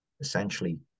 essentially